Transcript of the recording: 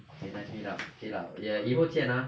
okay nice meet up okay lah ya 以后见 ah